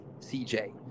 CJ